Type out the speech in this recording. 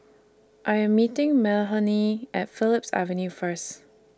I Am meeting Mahalie At Phillips Avenue First